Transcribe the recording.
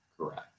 correct